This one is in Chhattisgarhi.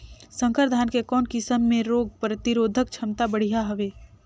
संकर धान के कौन किसम मे रोग प्रतिरोधक क्षमता बढ़िया हवे?